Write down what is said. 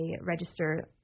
register